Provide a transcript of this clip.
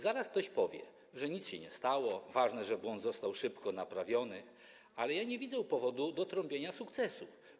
Zaraz ktoś powie, że nic się nie stało, ważne, że błąd został szybko naprawiony, ale nie widzę powodu do trąbienia o sukcesie.